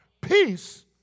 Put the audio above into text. Peace